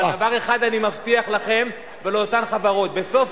אבל דבר אחד אני מבטיח לכם ולאותן חברות: בסוף